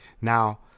Now